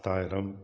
பத்தாயிரம்